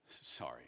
Sorry